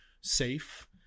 safe